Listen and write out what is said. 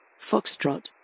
Foxtrot